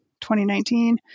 2019